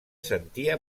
sentia